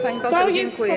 Pani poseł, dziękuję.